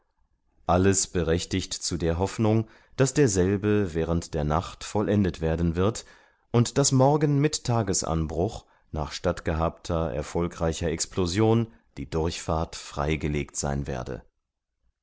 alles berechtigt zu der hoffnung daß derselbe während der nacht vollendet werden wird und daß morgen mit tagesanbruch nach stattgehabter erfolgreicher explosion die durchfahrt frei gelegt sein werde